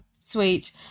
sweet